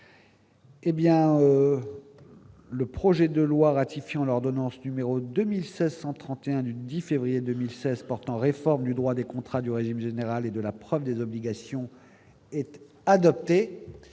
l'ensemble du projet de loi ratifiant l'ordonnance n° 2016-131 du 10 février 2016 portant réforme du droit des contrats, du régime général et de la preuve des obligations Mes chers